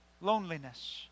loneliness